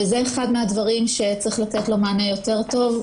וזה אחד מהדברים שצריך לתת לו מענה יותר טוב,